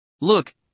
Look